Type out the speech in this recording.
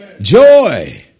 joy